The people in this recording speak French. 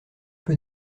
peu